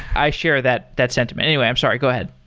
i share that that sentiment. anyway, i'm sorry. go ahead.